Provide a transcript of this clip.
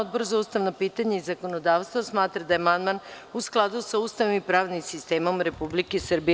Odbor za ustavna pitanja i zakonodavstvo smatra da je amandman u skladu sa Ustavom i pravnim sistemom Republike Srbije.